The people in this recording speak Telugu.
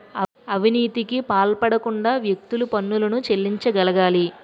అవినీతికి పాల్పడకుండా వ్యక్తులు పన్నులను చెల్లించగలగాలి